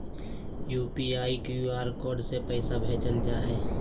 UPI, QR code से पैसा भेजल जा हइ